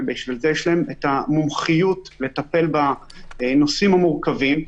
בשביל זה יש להן את המומחיות לטפל בנושאים המורכבים.